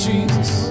Jesus